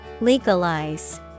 Legalize